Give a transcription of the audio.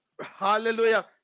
Hallelujah